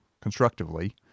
constructively